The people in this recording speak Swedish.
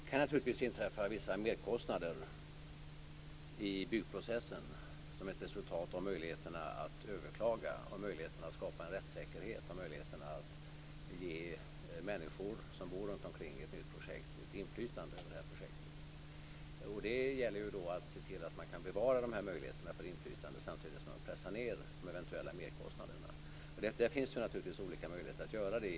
Fru talman! Det kan naturligtvis inträffa vissa merkostnader i byggprocessen som ett resultat av möjligheterna att överklaga, upprätthålla en rättssäkerhet och ge människor som bor runtomkring ett nytt projekt ett inflytande över projektet. Det gäller att bevara möjligheterna till inflytande samtidigt som man pressar ned de eventuella merkostnaderna. Det finns olika möjligheter att göra det.